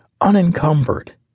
unencumbered